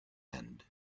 end